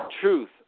truth